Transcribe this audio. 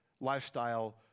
lifestyle